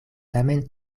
tamen